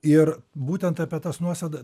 ir būtent apie tas nuosėda